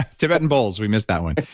tibetan bowls, we missed that one.